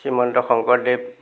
Srimanta Sankardev